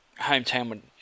hometown